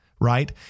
right